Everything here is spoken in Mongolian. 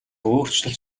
өөрчлөлт